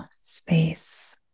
space